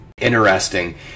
interesting